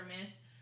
miss